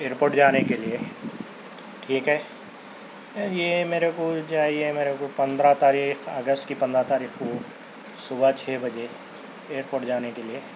airport جانے کے لئے ٹھیک ہے یہ میرے کو چاہیے میرے کو پندرہ تاریخ اگست کی پندرہ تاریخ کو صبح چھ بجے ائیرپوٹ جانے کے لئے